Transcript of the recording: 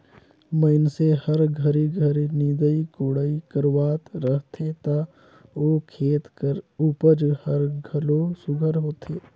मइनसे हर घरी घरी निंदई कोड़ई करवात रहथे ता ओ खेत कर उपज हर घलो सुग्घर होथे